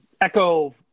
echo